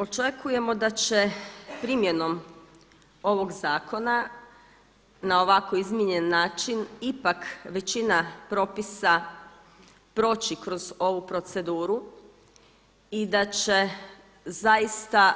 Očekujemo da će primjenom ovog zakona na ovako izmijenjen način ipak većina propisa proći kroz ovu proceduru i da će zaista